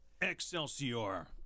excelsior